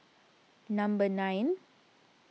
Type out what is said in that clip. number nine